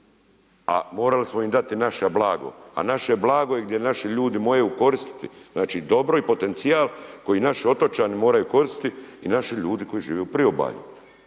a morali smo im dati naše blago. A naše blago je gdje naši ljudi moraju koristiti, znači dobro i potencijal koji naši otočani moraju koristiti i naši ljudi koji žive u priobalju.